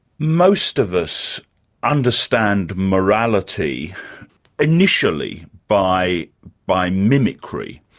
most of us understand morality initially by by mimicry,